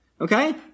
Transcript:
Okay